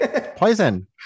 poison